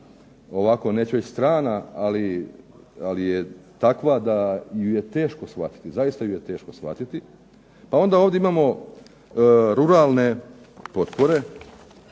ovako neću reći strana, ali je takva da ju je teško shvatiti. Zaista ju je teško shvatiti. Pa onda ovdje imamo ruralne potpore